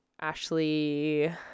Ashley